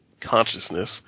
consciousness